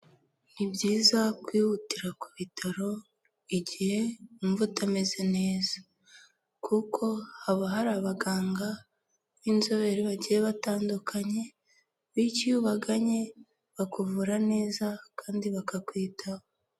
Ni byiza kwihutira ku bitaro igihe wumva utameze neza kuko haba hari abaganga b'inzobere bagiye batandukanye bityo iyo ubagannye bakuvura neza kandi bakakwitaho.